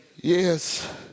Yes